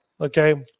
Okay